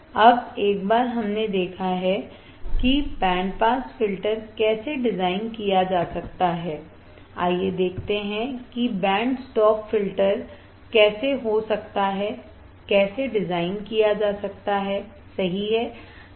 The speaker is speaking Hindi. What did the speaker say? अब एक बार हमने देखा है कि बैंड पास फ़िल्टर कैसे डिज़ाइन किया जा सकता है आइए देखते हैं कि बैंड स्टॉप फ़िल्टर कैसे हो सकता है कैसे डिज़ाइन किया जा सकता है सही हैं